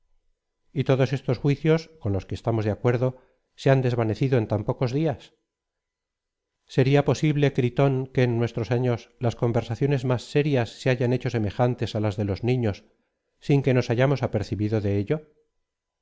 convenir y todos estos juicios con los que estamos de acuerdo se han desvanecido en tan pocos dias seria posible gritón que en nuestros años las conversaciones más serias se hayan hecho semejantes á las de los niños sin que nos hayamos apercibido de ello